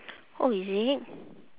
oh is it